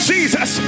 Jesus